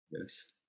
Yes